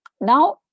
Now